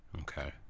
okay